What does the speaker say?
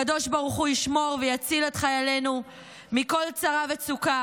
הקדוש ברוך הוא ישמור ויציל את חיילינו מכל צרה וצוקה